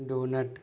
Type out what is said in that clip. donut